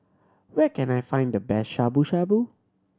where can I find the best Shabu Shabu